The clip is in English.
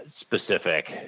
specific